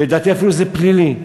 ולדעתי אפילו זה פלילי.